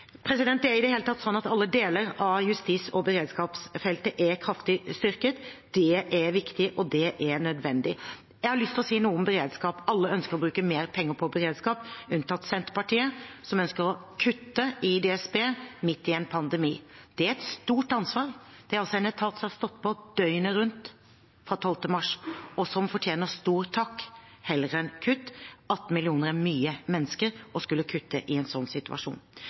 Det er i det hele tatt slik at alle deler av justis- og beredskapsfeltet er kraftig styrket. Det er viktig, og det er nødvendig. Jeg har lyst til å si noe om beredskap. Alle ønsker å bruke mer penger på beredskap, unntatt Senterpartiet, som ønsker å kutte i DSB midt i en pandemi. Det er et stort ansvar. Det er en etat som har stått på døgnet rundt fra 12. mars, og som fortjener stor takk heller enn kutt. 18 mill. kr er mye å skulle kutte i en slik situasjon.